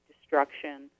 destruction